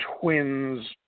twins